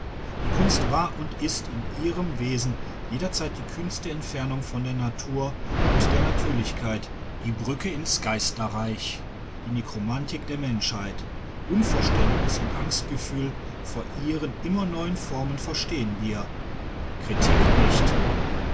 die kunst war und ist in ihrem wesen jederzeit die kühnste entfernung von der natur und der natürlichkeit die brücke ins geisterreich die nekromantik der menschheit unverständnis und angstgefühl vor ihren immer neuen formen verstehen wir kritik nicht